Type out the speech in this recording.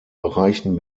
bereichen